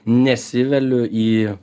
nesiveliu į